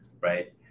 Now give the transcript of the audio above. right